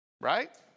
Right